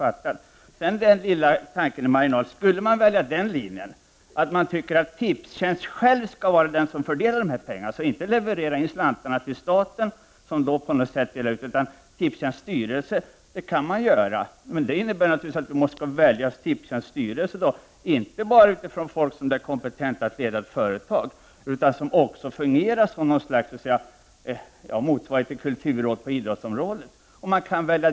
Sedan en liten tanke i marginalen: Man skulle kunna välja den linjen att Tipstjänsts styrelse skall fördela de här pengarna — och inte leverera in dem till staten, som då på något sätt delade ut dem. Men det innebär naturligtvis att Tipstjänsts styrelse måste väljas inte bara bland folk som är kompetenta att leda ett företag utan bland folk som också fungerar som något slags motsvarighet till kulturråd på idrottsområdet.